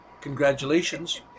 congratulations